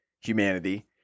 humanity